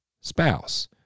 spouse